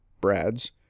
Brad's